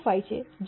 25 છે જે 0